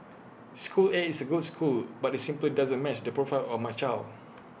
school A is A good school but IT simply doesn't match the profile of my child